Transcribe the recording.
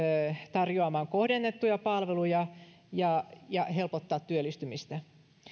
tarjoamaan kohdennettuja palveluja ja ja helpottamaan työllistymistä